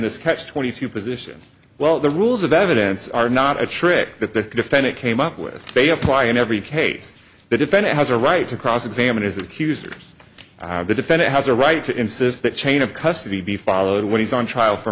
this catch twenty two position well the rules of evidence are not a trick that the defendant came up with they apply in every case the defendant has a right to cross examine his accusers the defendant has a right to insist that chain of custody be followed when he's on trial for